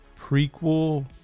prequel